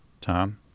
Tom